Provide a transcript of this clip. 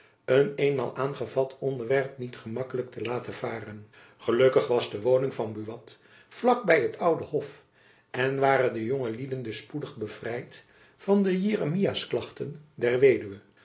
een eenmaal aangevat onderwerp niet gemakkelijk te laten varen gelukkig was de woning van buat vlak by het oude hof en waren de jonge lieden dus spoedig bevrijd van de jeremias klachten der weduwe